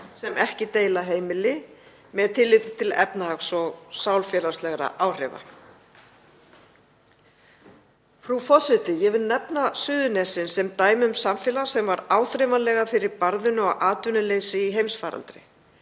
sem ekki deila heimili, með tilliti til efnahags- og sálfélagslegra áhrifa. Frú forseti. Ég vil nefna Suðurnesin sem dæmi um samfélag sem varð áþreifanlega fyrir barðinu á atvinnuleysi í heimsfaraldri.